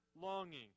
longing